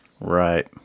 Right